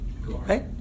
Right